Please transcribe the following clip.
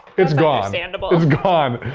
it's gone, and but it's gone.